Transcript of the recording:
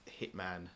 Hitman